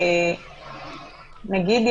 נגיד,